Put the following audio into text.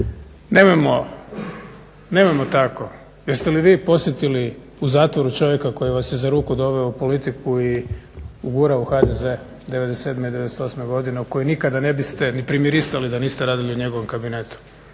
nemojmo tako. Jeste li vi posjetili u zatvoru čovjeka koji vas je za ruku doveo u politiku i ugurao u HDZ 1997. i 98.godine u koju nikada ne biste ni primirisali da niste radili u njegovom kabinetu.